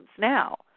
now